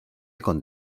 con